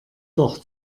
doch